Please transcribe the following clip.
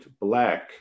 black